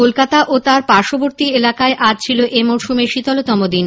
কলকাতা ও তার পার্শ্ববর্তী এলাকায় আজ ছিল এমরশুমের শীতলতম দিন